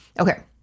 Okay